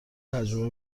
تجربه